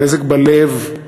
הנזק בלב,